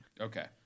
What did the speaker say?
Okay